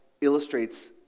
illustrates